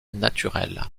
naturelles